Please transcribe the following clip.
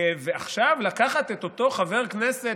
ועכשיו לקחת את אותו חבר כנסת,